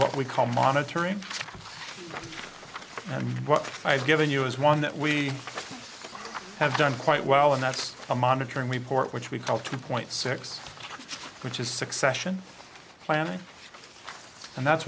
what we call monitoring and what i've given you is one that we have done quite well and that's a monitoring we port which we call two point six which is succession planning and that's